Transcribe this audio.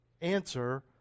answer